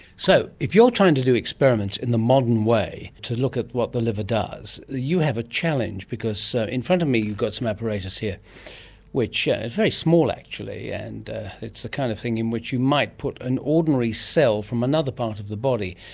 so if you're trying to do experiments in the modern way to look at what the liver does, you have a challenge because. so in front of me you've got some apparatus here which is very small actually and it's the kind of thing in which you might put an ordinary cell from another part of the body.